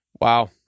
Wow